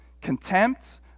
contempt